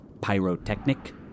Pyrotechnic